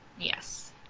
Yes